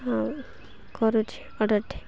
ହଁ କରୁଛି ଅର୍ଡ଼ରଟି